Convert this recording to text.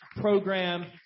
program